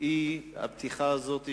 אי-פתיחה שלו.